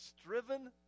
striven